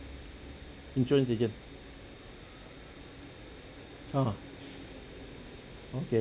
insurance agent orh okay